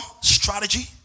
Strategy